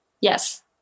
Yes